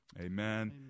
amen